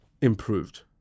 improved